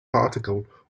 particle